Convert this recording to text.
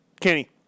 Kenny